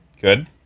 Good